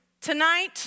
tonight